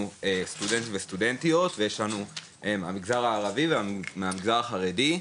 סטודנטים וסטודנטיות ויש לנו את המגזר הערבי ואת המגזר החרדי,